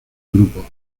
grupo